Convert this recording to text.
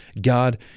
God